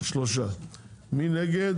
מי נגד?